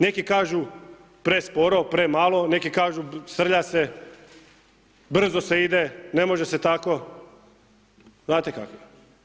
Neki kažu presporo, premalo, neki kažu srlja se, brzo se ide, ne može se tako, znate kako je.